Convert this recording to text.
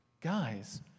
guys